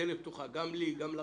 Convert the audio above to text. דלת פתוחה, גם לי וגם לכם.